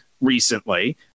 recently